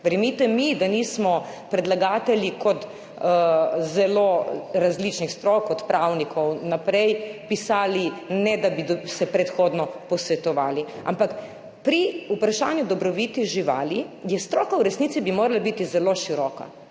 Verjemite mi, da nismo predlagatelji kot zelo različnih strok, od pravnikov naprej, pisali, ne da bi se predhodno posvetovali, ampak, pri vprašanju dobrobiti živali je stroka v resnici bi morala biti zelo široka.